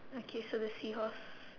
okay so the seahorse